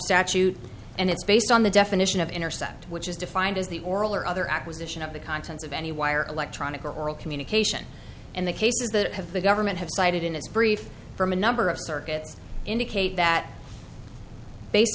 statute and it's based on the definition of intercept which is defined as the oral or other acquisition of the contents of any wire or electronic or oral communication and the cases that have the government have cited in his brief from a number of circuits indicate that based